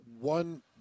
one